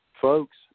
Folks